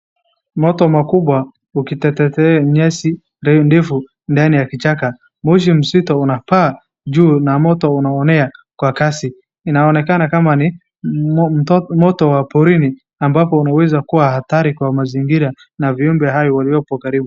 Moto mkubwa ukiteketeza nyasi ndefu ndani ya kichaka. Moshi mzito unapaa juu na moto unaonea kwa kasi. Inaonekana kama ni moto wa porini ambapo unaweza kuwa hatari kwa mazingira na viumbe hai waliopo karibu.